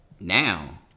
Now